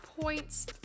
points